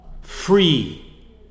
free